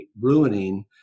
ruining